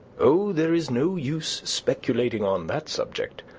oh! there is no use speculating on that subject.